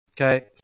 Okay